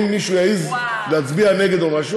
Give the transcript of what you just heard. אם מישהו יעז להצביע נגד או משהו,